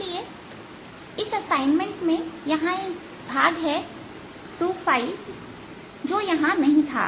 इसलिए इस असाइनमेंट में यहां एक भाग है 2जो यहां नहीं था